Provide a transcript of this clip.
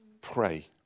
Pray